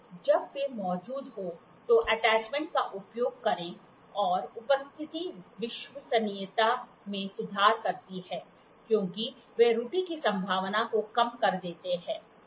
जब वे मौजूद हों तो अटैचमेंट्स का उपयोग करें और उपस्थिति विश्वसनीयता में सुधार करती है क्योंकि वे त्रुटि की संभावना को कम कर देते हैं